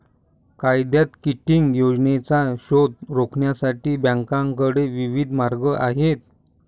कायद्यात किटिंग योजनांचा शोध रोखण्यासाठी बँकांकडे विविध मार्ग आहेत